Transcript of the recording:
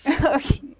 Okay